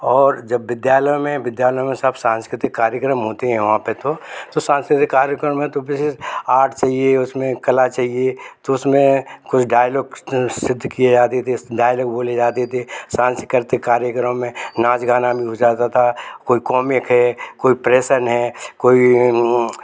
और जब विद्यालयों में विद्यालयों में सब सांस्कृतिक कार्यक्रम होते है वहाँ पर तो तो सांस्कृतिक कार्यक्रम है तो विशेष आर्ट चाहिए उसमें कला चाहिए तो उसमें कुछ डायलॉग्स सिद्ध किए आदि देस डायलॉग्स बोले जाते थे सांस्कृतिक करते कार्यक्रम में नाच गाना भी हो जाता था कोई कॉमिक है कोई प्रेसन है कोई